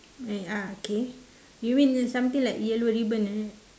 eh ah K you mean something like yellow ribbon like that